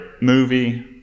movie